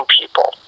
people